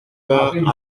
vingt